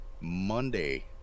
Monday